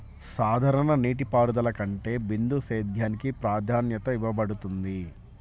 సాధారణ నీటిపారుదల కంటే బిందు సేద్యానికి ప్రాధాన్యత ఇవ్వబడుతుంది